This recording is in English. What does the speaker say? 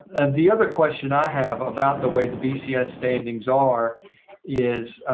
and the other question i have about the way the p c s standings are is